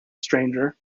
stranger